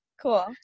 Cool